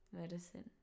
Medicine